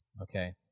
Okay